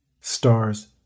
stars